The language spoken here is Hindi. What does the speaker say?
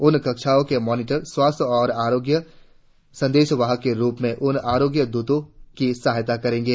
उन कक्षाओं के मॉनिटर स्वास्थ्य और आरोग्य संदेशवाहक के रुप में उन आरोग्य द्रतों की सहायता करेंगे